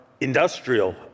industrial